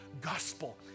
gospel